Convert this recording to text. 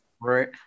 right